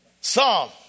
Psalm